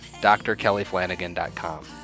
drkellyflanagan.com